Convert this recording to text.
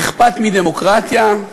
אכפת מדמוקרטיה,